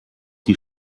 die